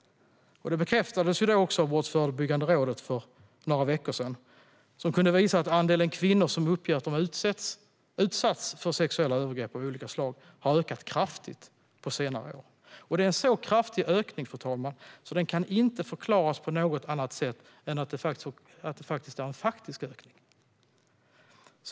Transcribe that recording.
Detta bekräftades för några veckor sedan av Brottsförebyggande rådet, som kunde visa att andelen kvinnor som uppger att de utsatts för sexuella övergrepp av olika slag har ökat kraftigt på senare år. Och det är en så kraftig ökning, fru talman, att den inte kan förklaras på något annat sätt än att det är en faktisk ökning.